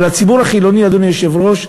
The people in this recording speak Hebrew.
אבל הציבור החילוני, אדוני היושב-ראש,